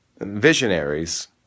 Visionaries